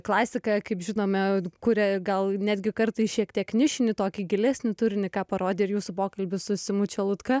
klasika kaip žinome kuria gal netgi kartais šiek tiek nišinį tokį gilesnį turinį ką parodė ir jūsų pokalbis su simu čelutka